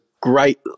great